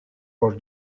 por